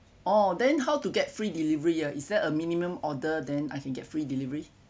oh then how to get free delivery ah is there a minimum order then I can get free delivery